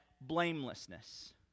blamelessness